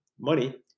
money